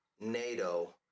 nato